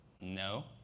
no